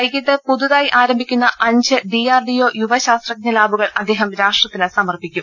വൈകീട്ട് പുതുതായി ആരംഭിക്കുന്ന് അഞ്ച് ഡി ആർ ഡി ഒ യുവ ശാസ്ത്രജ്ഞ ലാബു കൾ അദ്ദേഹം രാഷ്ട്രത്തിന് സമർപ്പിക്കും